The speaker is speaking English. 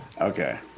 Okay